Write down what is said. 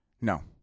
No